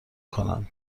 کنن